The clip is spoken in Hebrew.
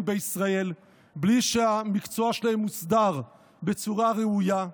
בישראל מבלי שהמקצוע שלהם מוסדר בצורה ראויה,